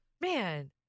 man